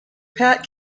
pat